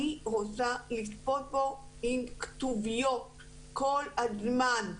אני רוצה לצפות בו עם כתוביות כל הזמן.